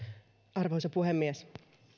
arvoisa puhemies